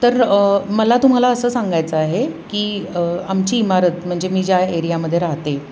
तर मला तुम्हाला असं सांगायचं आहे की आमची इमारत म्हणजे मी ज्या एरियामध्ये राहते